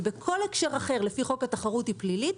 שבכל הקשר אחר לפי חוק התחרות היא פלילית,